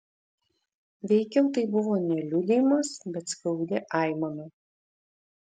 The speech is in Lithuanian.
veikiau tai buvo ne liudijimas bet skaudi aimana